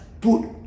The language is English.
put